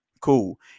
Cool